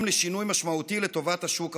לשינוי משמעותי לטובת השוק החופשי.